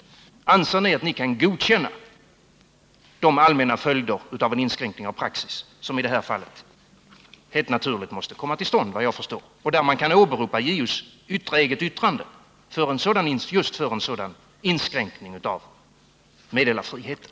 Anser ni att ni kan godkänna de allmänna följderna av en sådan inskränkning av praxis som, enligt vad jag förstår, helt naturligt måste uppstå? Man kan ju åberopa just JO:s yttrande för inskränkning i meddelarfriheten!